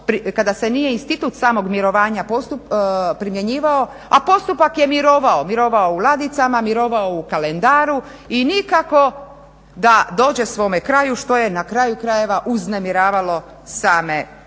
kada se nije institut samog mirovanja primjenjivao a postupak je mirovao u ladicama, mirovao u kalendaru i nikako da dođe svome kraju što je na kraju krajeva uznemiravalo same